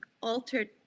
altered